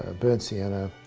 ah burnt senna,